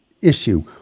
issue